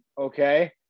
okay